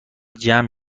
جمع